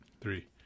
Three